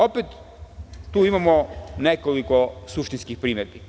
Opet, tu imamo nekoliko suštinskih primedbi.